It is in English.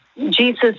Jesus